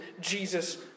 Jesus